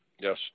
Yes